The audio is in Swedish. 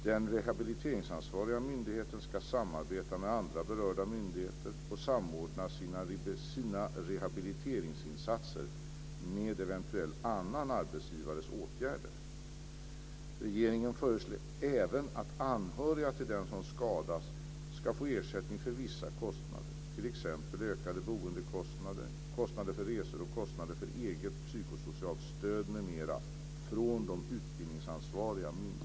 Den rehabiliteringsansvariga myndigheten ska samarbeta med andra berörda myndigheter och samordna sina rehabiliteringsinsatser med eventuell annan arbetsgivares åtgärder. Regeringen föreslår även att anhöriga till den som skadas ska få ersättning för vissa kostnader, t.ex.